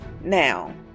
now